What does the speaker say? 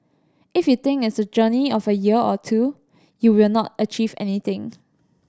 if you think it's a journey of a year or two you will not achieve anything